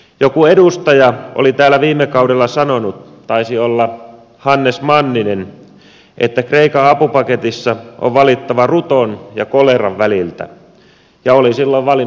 joku edustaja oli täällä viime kaudella sanonut taisi olla hannes manninen että kreikan apupaketissa on valittava ruton ja koleran väliltä ja oli silloin valinnut ruton